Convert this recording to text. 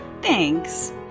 Thanks